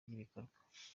y’ibikorwa